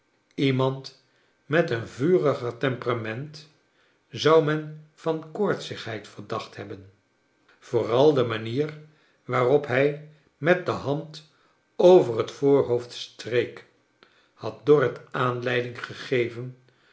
iemaiid met een vuriger temperament zou men van koortsigheid verdacht hebben yooral de manier waarop hij met de hand over het voorhoofd streek had dorrit aanleiding gegeven